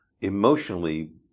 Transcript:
emotionally